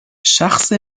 شخص